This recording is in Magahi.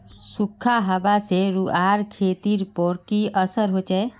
सुखखा हाबा से रूआँर खेतीर पोर की असर होचए?